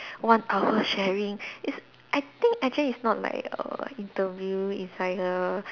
one hour sharing it's I think actually it's not like a interview it's like a